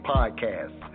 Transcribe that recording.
Podcast